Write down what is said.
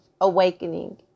awakening